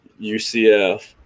UCF